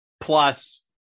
plus